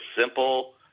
simple